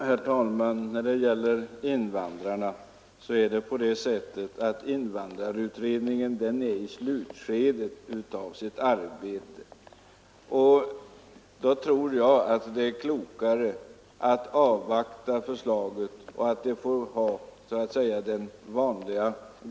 Herr talman! När det gäller invandrarna är det på det sättet att invandrarutredningen är i slutskedet av sitt arbete. Då tror jag det är klokare att avvakta utredningens förslag, så att gången får vara den vanliga.